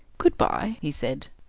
goodbye, he said.